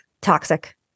toxic